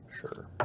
Sure